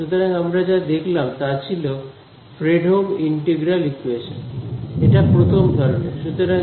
সুতরাং আমরা যা দেখলাম তা ছিল ফ্রেডহোম ইন্টিগ্রাল ইকুয়েশন এটা প্রথম ধরনের